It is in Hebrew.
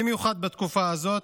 במיוחד בתקופה הזאת,